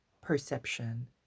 perception